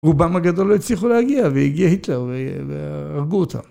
רובם הגדול לא הצליחו להגיע, והגיע היטלר והרגו אותם.